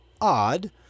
odd